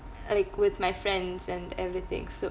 like with my friends and everything so